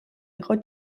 იყო